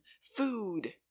Food